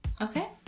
Okay